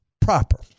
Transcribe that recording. proper